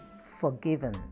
forgiven